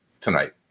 tonight